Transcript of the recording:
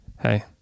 Hey